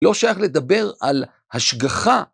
לא שייך לדבר על השגחה.